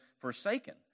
forsaken